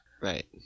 Right